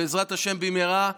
בעזרת השם במהרה,